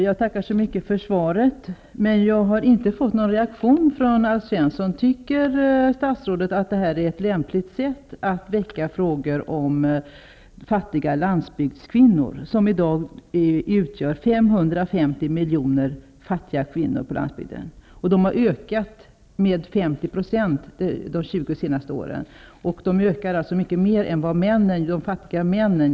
Fru talman! Jag tackar för svaret, men jag har inte fått någon reaktion från Alf Svensson. Tycker statsrådet att det här är ett lämpligt sätt att väcka frå gor om fattiga landsbygdskvinnor som i dag är 550 miljoner till antalet? Detta har ökat med 50 % under de senaste åren. Ökningen är mycket större än den för de fattiga männen.